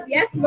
Yes